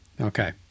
Okay